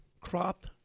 crop